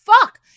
fuck